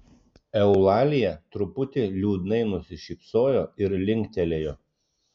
eulalija truputį liūdnai nusišypsojo ir linktelėjo